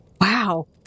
Wow